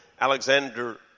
Alexander